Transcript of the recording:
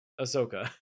Ahsoka